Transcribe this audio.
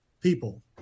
people